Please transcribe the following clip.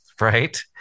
right